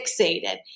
fixated